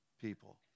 people